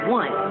one